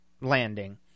landing